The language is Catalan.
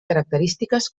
característiques